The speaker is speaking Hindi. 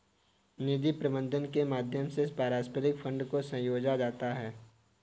निधि प्रबन्धन के माध्यम से पारस्परिक फंड को संजोया जाता है